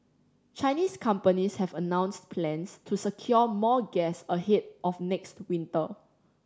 Chinese companies have announced plans to secure more gas ahead of next winter